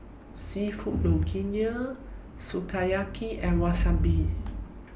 Seafood Linguine Sukiyaki and Wasabi